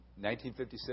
1956